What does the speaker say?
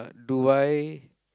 do I